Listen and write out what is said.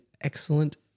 excellent